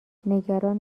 نگران